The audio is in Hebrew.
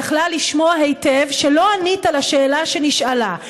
יכלה לשמוע היטב שלא ענית על השאלה שנשאלה.